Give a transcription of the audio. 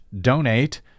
donate